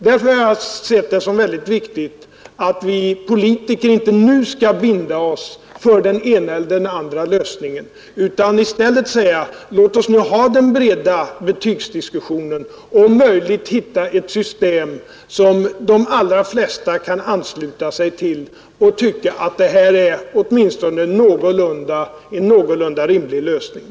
Därför har jag sett det som mycket viktigt att vi politiker inte nu skall binda oss för den ena eller den andra lösningen utan i stället skall säga: Låt oss nu ha en bred betygsdiskussion och om möjligt hitta ett system som de allra flesta kan ansluta sig till och finna vara en någorlunda rimlig lösning!